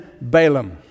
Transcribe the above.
Balaam